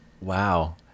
Wow